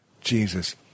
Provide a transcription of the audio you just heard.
Jesus